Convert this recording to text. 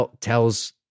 tells –